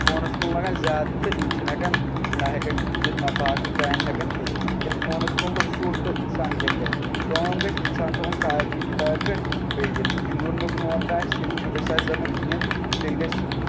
فونَس کُن لگان زیادٕ تہٕ یم چھِ نہٕ ہٮ۪کان نہ ہیکان گِندِتھ نہ باقی کامہِ ہٮ۪کن کٔرِتھ ییٚلہِ فونَس کُن لوٚگ شُر تہٕ اِنسان کیاہ کَرِ کٲم گژھِ اِنسان تھاوُن کاپی کِتاب پٮ۪ٹھ بیٚیہِ ییٚلہِ گِندنُک موقع آسہِ ییٚلہِ شُرِس آسہِ دَپُن گِند تیٚلہِ گژھِ